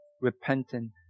repentant